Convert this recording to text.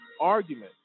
argument